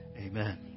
Amen